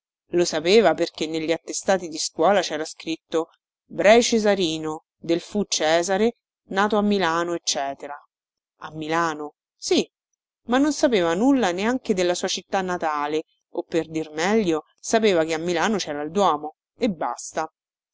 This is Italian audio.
lo sapeva perché negli attestati di scuola cera scritto breri cesarino del fu cesare nato a milano ecc a milano sì ma non sapeva nulla neanche della sua città natale o per dir meglio sapeva che a milano cera il duomo e basta